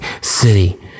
city